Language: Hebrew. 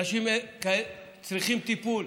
בסדר, אנשים צריכים טיפול,